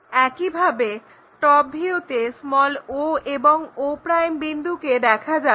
একইভাবে top view তে o এবং o বিন্দুকে দেখা যাবে